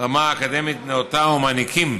רמה אקדמית נאותה ומעניקים